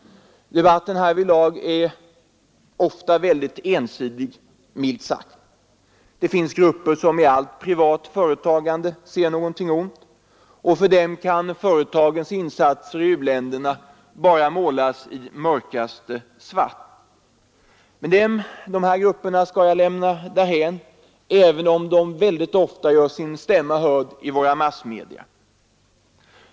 Debatten härvidlag är ofta ensidig, milt sagt. Det finns vissa grupper som i allt privat företagande ser något ont. För dem kan företagens insatser i u-ländernas utvecklingsarbete bara målas i mörkaste svart. Men dessa grupper skall jag lämna därhän, även om de ofta gör sin stämma hörd i våra massmedia.